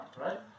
right